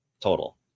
total